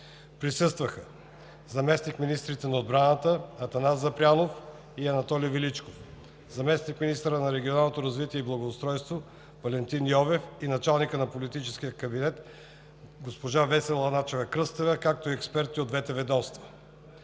Присъстваха заместник-министрите на отбраната Атанас Запрянов и Анатоли Величков, заместник-министърът на регионалното развитие и благоустройството Валентин Йовев и началникът на политическия кабинет Весела Начева-Кръстева, както и експерти от двете ведомства.